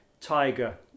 tiger